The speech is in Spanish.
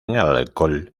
alcohol